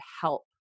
help